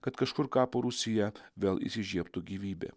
kad kažkur kapo rūsyje vėl įsižiebtų gyvybė